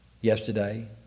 yesterday